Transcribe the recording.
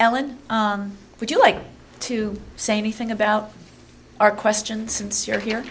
ellen would you like to say anything about our question since you're here